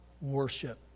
worship